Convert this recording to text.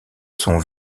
son